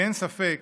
אין ספק